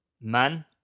Man